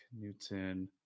Newton